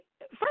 first